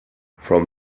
from